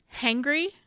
hangry